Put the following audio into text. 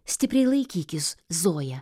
stipriai laikykis zoja